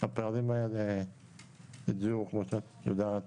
הפערים האלה הגיעו, כמו שאת יודעת,